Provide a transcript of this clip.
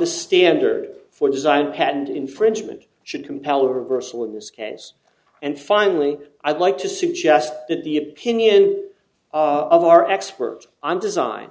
the standard for design patent infringement should compel reversal in this case and finally i'd like to suggest that the opinion of our expert on design